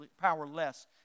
powerless